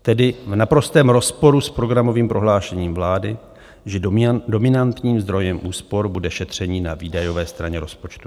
Tedy v naprostém rozporu s programovým prohlášením vlády, že dominantním zdrojem úspor bude šetření na výdajové straně rozpočtu.